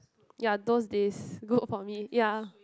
ya those days good for me ya